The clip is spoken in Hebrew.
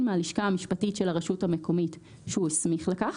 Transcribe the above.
מהלשכה המשפטית של הרשות המקומית שהוא הסמיך לכך.